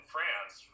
France